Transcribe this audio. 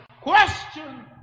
question